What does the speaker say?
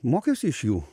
mokiausi iš jų